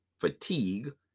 fatigue